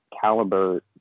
caliber